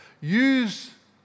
use